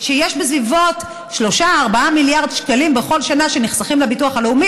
שיש בסביבות 3 4 מיליארד שקלים בכל שנה שנחסכים לביטוח הלאומי